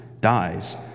dies